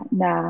na